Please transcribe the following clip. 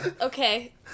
Okay